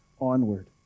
onward